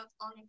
on